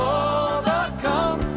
overcome